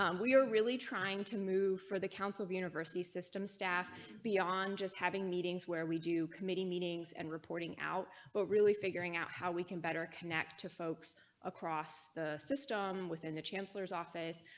um we're really trying to move for the council of university system staff beyond just having meetings where we do committee meetings and reporting out what but really figuring out how we can better connect to folks across the system within the chancellor. s office.